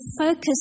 focus